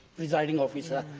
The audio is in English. presiding officer.